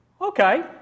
okay